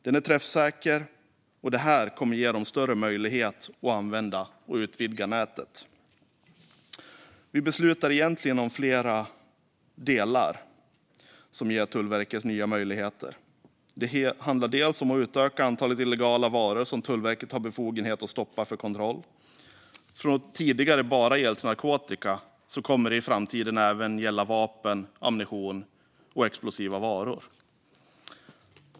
Den är träffsäker, och det här kommer att ge tullen större möjligheter att använda och utvidga nätet. Vi beslutar egentligen om flera delar som ger Tullverket nya möjligheter. Det handlar om att utöka antalet illegala varor som Tullverket har befogenhet att stoppa för kontroll. Från att tidigare bara ha gällt narkotika kommer det i framtiden även att gälla vapen, ammunition och explosiva varor.